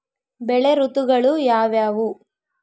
ಬೆಳೆ ಋತುಗಳು ಯಾವ್ಯಾವು?